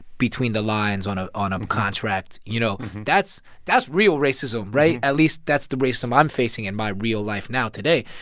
between the lines on ah a um contract, you know? that's that's real racism, right? at least that's the racism i'm facing in my real life now today.